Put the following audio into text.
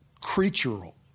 creatural